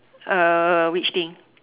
uh which thing